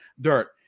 Dirt